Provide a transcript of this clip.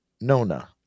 Nona